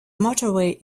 motorway